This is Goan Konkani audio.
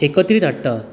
एकत्रीत हाडटा